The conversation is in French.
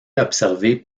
observée